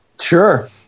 sure